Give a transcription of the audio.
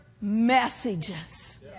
messages